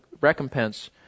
recompense